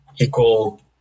equal